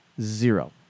zero